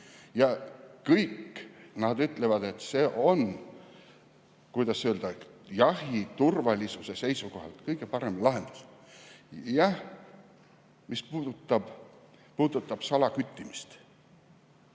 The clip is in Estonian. Kõik nad ütlevad, et see on, kuidas öelda, jahi turvalisuse seisukohalt kõige parem lahendus. Jah, mis puudutab salaküttimist,